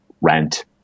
rent